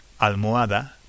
Almohada